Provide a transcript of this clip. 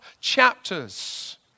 chapters